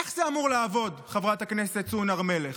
איך זה אמור לעבוד, חברת הכנסת סון הר מלך?